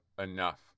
enough